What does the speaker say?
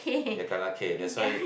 ya kena K that's why